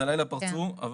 הלילה פרצו,